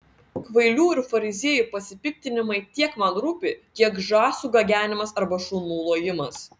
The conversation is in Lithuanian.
kvailių ir fariziejų pasipiktinimai tiek man rūpi kiek žąsų gagenimas arba šunų lojimas